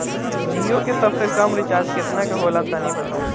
जीओ के सबसे कम रिचार्ज केतना के होला तनि बताई?